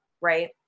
right